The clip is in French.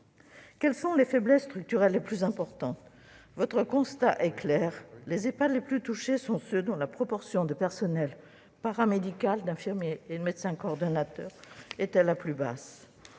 Quelles sont les faiblesses structurelles les plus importantes ? Votre constat est clair : les Ehpad les plus touchés sont ceux dont la proportion de personnel paramédical, d'infirmiers ou de médecins coordonnateurs était la plus basse.